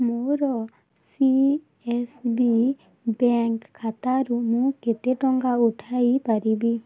ମୋର C S B bank ଖାତାରୁ ମୁଁ କେତେ ଟଙ୍କା ଉଠାଇ ପାରିବି